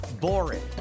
boring